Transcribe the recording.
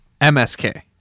MSK